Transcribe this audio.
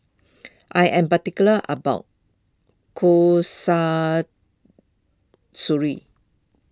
I am particular about Kasturi